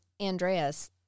Andreas